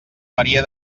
maria